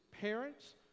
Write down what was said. parents